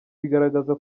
bigaragaza